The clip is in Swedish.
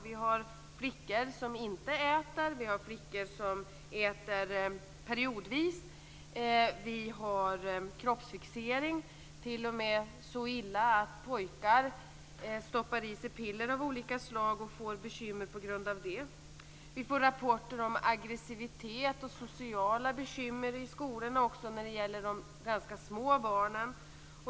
Det finns flickor som inte äter, och det finns flickor som äter periodvis. Det förekommer en kroppsfixering, och det är t.o.m. så illa att pojkar stoppar i sig piller av olika slag och får bekymmer på grund av det. Vi får rapporter om aggressivitet och sociala bekymmer i skolorna också när det gäller de ganska små barnen.